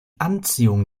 anziehung